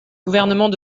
gouvernements